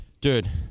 dude